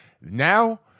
now